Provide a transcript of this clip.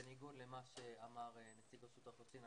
בניגוד למה שאמר נציג רשות האוכלוסין,